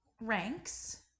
ranks